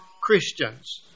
Christians